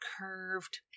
curved